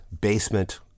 basement